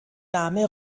name